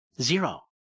Zero